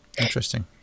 Interesting